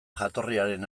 jatorriaren